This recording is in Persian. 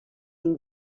این